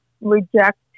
reject